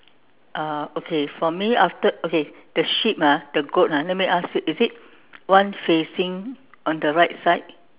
uh okay for me after okay the sheep ah the goat ah let me ask you is it one facing on the right side